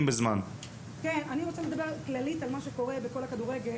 אני רוצה לדבר כללית על מה שקורה בכדורגל.